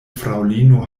fraŭlino